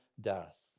death